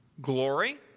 glory